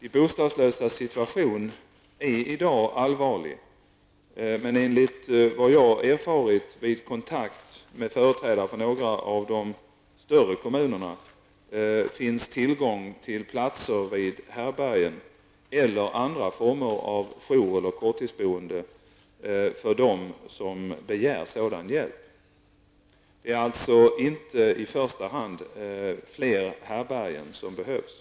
De bostadslösas situation är i dag allvarlig, men enligt vad jag erfarit vid kontakt med företrädare för några av de större kommunerna finns tillgång till platser vid härbärgen eller andra former av joureller korttidsboende för dem som begär sådan hjälp. Det är alltså inte i första hand fler härbärgen som behövs.